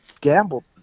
gambled